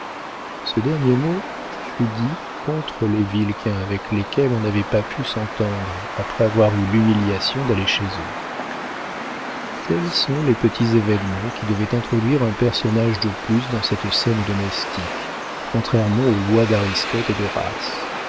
ce dernier mot fut dit contre les vilquin avec lesquels on n'avait pas pu s'entendre après avoir eu l'humiliation d'aller chez eux tels sont les petits événements qui devaient introduire un personnage de plus dans cette scène domestique contrairement aux lois d'aristote et d'horace